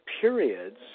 periods